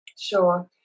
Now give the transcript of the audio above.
Sure